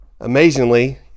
Amazingly